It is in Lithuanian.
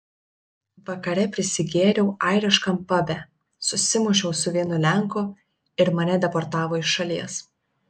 vakare prisigėriau airiškam pabe susimušiau su vienu lenku ir mane deportavo iš šalies